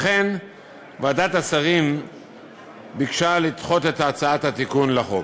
לכן ועדת השרים ביקשה לדחות את הצעת התיקון לחוק.